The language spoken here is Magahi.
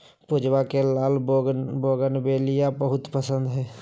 पूजवा के लाल बोगनवेलिया बहुत पसंद हई